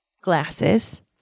Glasses